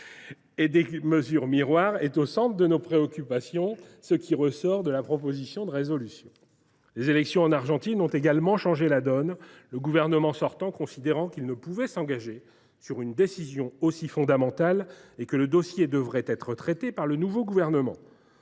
et mesures miroirs est au centre de nos préoccupations, comme en atteste notre proposition de résolution. Les élections qui viennent d’avoir lieu en Argentine ont également changé la donne, le gouvernement sortant considérant qu’il ne pouvait s’engager sur une décision aussi fondamentale et que le dossier devrait être traité par le nouveau gouvernement.